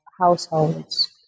households